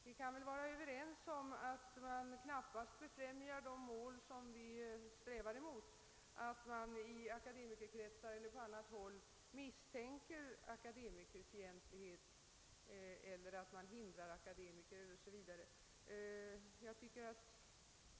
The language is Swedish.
Vi kan väl vara överens om att det knappast befrämjar de mål, som vi strävar mot, att man i akademikerkretsar eller på annat håll trott sig ha anledning till misstanke om akademikerfientlighet eller att det förekommer försök att hindra akademiker.